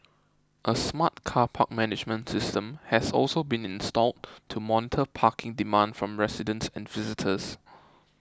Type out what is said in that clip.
a smart car park management system has also been installed to monitor parking demand from residents and visitors